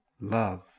love